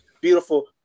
beautiful